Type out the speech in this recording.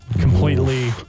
completely